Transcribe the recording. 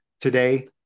Today